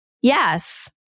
Yes